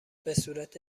بهصورت